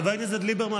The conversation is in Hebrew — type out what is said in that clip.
חבר הכנסת ליברמן,